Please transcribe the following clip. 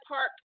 Park